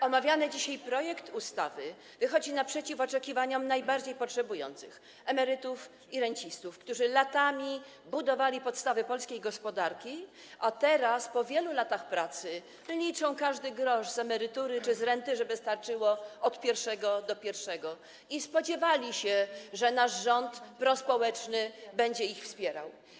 Omawiany dzisiaj projekt ustawy wychodzi naprzeciw oczekiwaniom najbardziej potrzebujących: emerytów i rencistów, którzy latami budowali podstawy polskiej gospodarki, a teraz, po wielu latach pracy, liczą każdy grosz z emerytury czy z renty, żeby starczyło od pierwszego do pierwszego, i spodziewali się, że nasz prospołeczny rząd będzie ich wspierał.